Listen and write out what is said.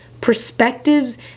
perspectives